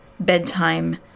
Bedtime